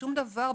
בשום דבר,